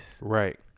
Right